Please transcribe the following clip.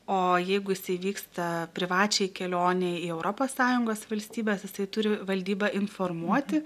o jeigu jisai vyksta privačiai kelionei į europos sąjungos valstybes jisai turi valdybą informuoti